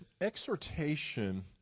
exhortation